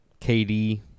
KD